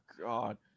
God